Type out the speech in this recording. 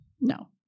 no